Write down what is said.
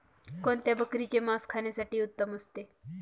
कोणत्या बकरीचे मास खाण्यासाठी उत्तम असते?